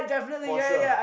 for sure